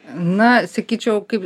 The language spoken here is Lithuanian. na sakyčiau kaip